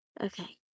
Okay